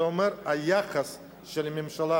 זה אומר על היחס של הממשלה